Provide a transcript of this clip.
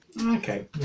Okay